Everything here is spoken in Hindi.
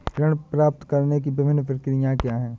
ऋण प्राप्त करने की विभिन्न प्रक्रिया क्या हैं?